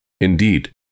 Indeed